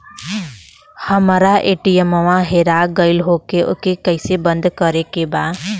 हमरा ए.टी.एम वा हेरा गइल ओ के के कैसे बंद करे के बा?